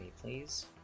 please